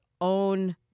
own